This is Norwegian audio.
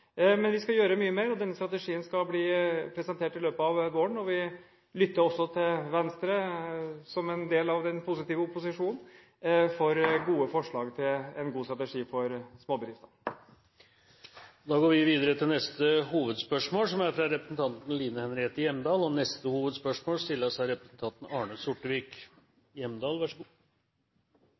Men vi skal gjøre mye mer, og denne strategien skal bli presentert i løpet av våren. Vi lytter også til Venstre, som en del av den positive opposisjonen, når det gjelder gode forslag til en god strategi for småbedriftene. Vi går videre til neste hovedspørsmål Mitt spørsmål går til olje- og energiministeren. Olje- og gassvirksomheten på norsk sokkel har bidratt til stor verdiskaping og gitt oss enorme inntekter, noe vi alle nyter godt av.